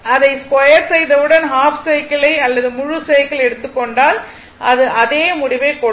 அதை ஸ்கொயர் செய்தவுடன் half cycle அல்லது முழு சைக்கிள் எடுத்துக் கொண்டால் அது அதே முடிவை கொடுக்கும்